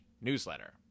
newsletter